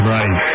Right